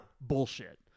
bullshit